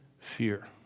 fear